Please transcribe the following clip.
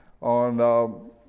on